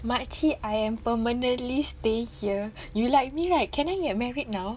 makcik I am permanently staying here you like me right can I get married now